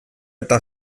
eta